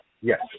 Yes